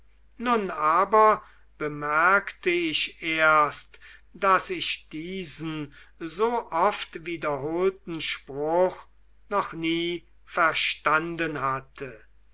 nun aber bemerkte ich erst daß ich diesen so oft wiederholten spruch noch nie verstanden hatte